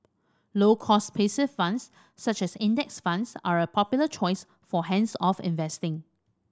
low cost passive funds such as Index Funds are a popular choice for hands off investing